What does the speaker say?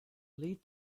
lead